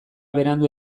berandu